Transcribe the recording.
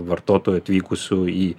vartotojų atvykusių į